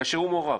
כאשר הוא מעורב,